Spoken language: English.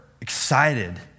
excited